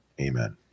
Amen